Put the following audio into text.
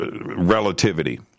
relativity –